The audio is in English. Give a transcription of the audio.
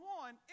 one